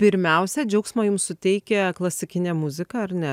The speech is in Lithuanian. pirmiausia džiaugsmo jums suteikia klasikinė muzika ar ne